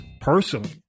personally